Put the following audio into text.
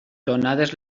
donades